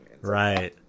Right